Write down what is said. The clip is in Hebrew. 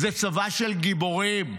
זה צבא של גיבורים,